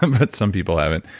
um but some people haven't.